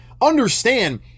understand